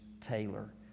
Taylor